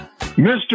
Mr